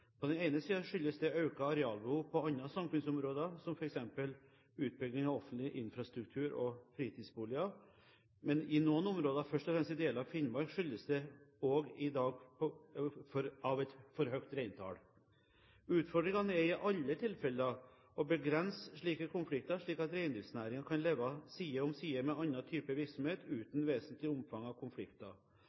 På den ene siden skyldes det økt arealbehov på andre samfunnsområder, som f.eks. utbygging av offentlig infrastruktur og fritidsboliger. Men i noen områder, først og fremst i deler av Finnmark, skyldes det også i dag et for høyt reintall. Utfordringene er i alle tilfeller å begrense slike konflikter, slik at reindriftsnæringen kan leve side om side med annen type virksomhet uten vesentlig omfang av konflikter.